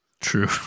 True